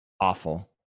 awful